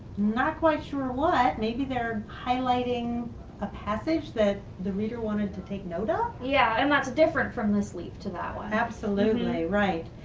not quite sure what. maybe they are highlighting a passage that the reader wanted to take note of. yeah and that's different from this leaf to that one. absolutely, right.